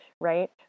right